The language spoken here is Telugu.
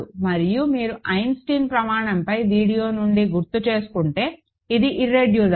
మరియు మీరు ఐసెన్స్టీన్ ప్రమాణంపై వీడియో నుండి గుర్తుచేసుకుంటే ఇది ఇర్రెడ్యూసిబుల్